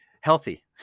healthy